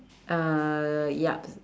uh yup